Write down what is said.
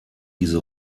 diese